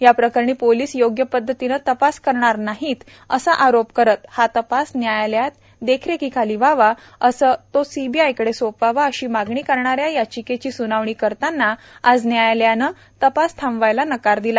याप्रकरणी पोलीस योग्य पद्दतीनं तपास करणार नाहीत असा आरोप करत हा तपास न्यायालयात्या देखरेखीखाली व्हावा किंवा तो सीबीआयकडे सोपवावा अशी मागणी करणाऱ्या याचिकेची स्नावणी करताना आज न्यायालयानं तपास थांबवायला नकार दिला